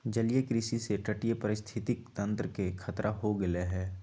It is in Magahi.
जलीय कृषि से तटीय पारिस्थितिक तंत्र के खतरा हो गैले है